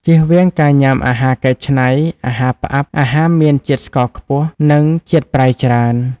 ជៀសវាងការញាំអាហារកែច្នៃ អាហារផ្អាប់ អាហារមានជាតិស្ករខ្ពស់ និងជាតិប្រៃច្រើន ។